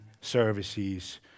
services